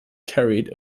carried